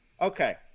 Okay